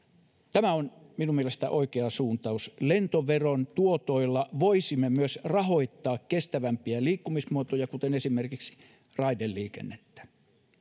tämä on minun mielestäni oikea suuntaus lentoveron tuotoilla voisimme myös rahoittaa kestävämpiä liikkumismuotoja kuten esimerkiksi raideliikennettä